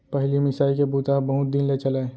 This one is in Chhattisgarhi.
पहिली मिसाई के बूता ह बहुत दिन ले चलय